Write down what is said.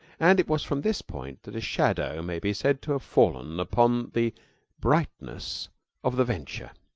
and it was from this point that a shadow may be said to have fallen upon the brightness of the venture.